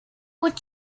would